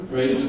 Right